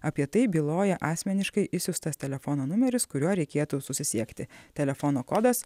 apie tai byloja asmeniškai išsiųstas telefono numeris kuriuo reikėtų susisiekti telefono kodas